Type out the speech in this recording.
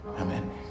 Amen